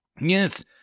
Yes